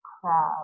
crab